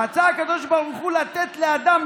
רצה הקדוש ברוך הוא לתת לאדם,